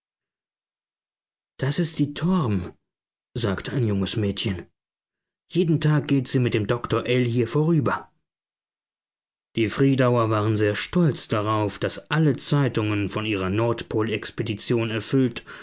das ist die torm sagte ein junges mädchen jeden tag geht sie mit dem doktor ell hier vorüber die friedauer waren sehr stolz darauf daß alle zeitungen von ihrer nordpolexpedition erfüllt